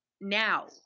now